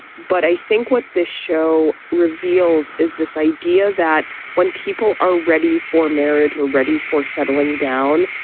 but i think what this show reveals is this idea that when people are ready for marriage or ready for settling down,